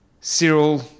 Cyril